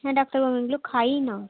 হ্যাঁ ডাক্তারবাবু এগুলো খাইই না